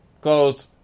Closed